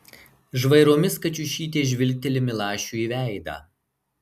žvairomis kačiušytė žvilgteli milašiui į veidą